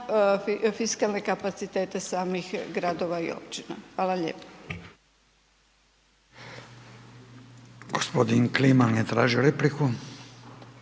fiskalne kapacitete samih gradova i općina. Hvala lijepa.